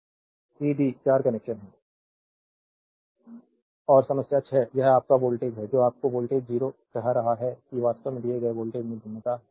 slide time देखें 3349 देखें slide time 3358 और समस्या 6 यह आपका वोल्टेज है जो आपके वोल्टेज 0 कह रहा है कि वास्तव में दिए गए वोल्टेज में भिन्नता है